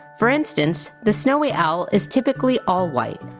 for instance, the snowy owl is typically all white,